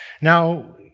Now